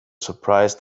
surprised